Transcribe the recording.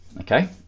okay